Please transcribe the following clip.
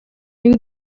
knew